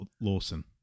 lawson